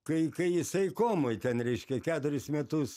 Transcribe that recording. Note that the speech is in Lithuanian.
kai kai jisai komoj ten reiškia keturis metus